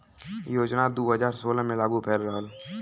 योजना दू हज़ार सोलह मे लागू भयल रहल